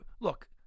look